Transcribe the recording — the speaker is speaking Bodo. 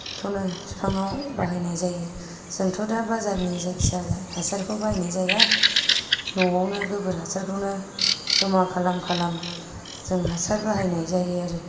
खौनो बिफाङाव बाहायनाय जायो जोंथ' दा बाजारनि जायखि जाया हासारखौ बायनाय जाया न'आवनो गोबोर हासारखौनो जमा खालाम खालाम जों हासार बाहायनाय जायो आरो